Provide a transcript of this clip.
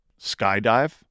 skydive